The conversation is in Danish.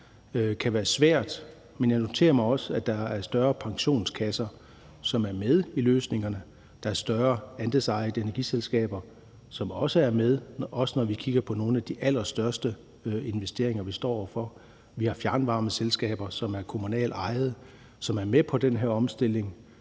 kan være svært. Men jeg noterer mig også, at der er større pensionskasser, som er med i løsningerne, der er større andelsejede energiselskaber, som også er med, også når vi kigger på nogle af de allerstørste investeringer, vi står over for. Vi har fjernvarmeselskaber, som er kommunalt ejede, og som er med på den her omstilling,